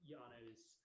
Yano's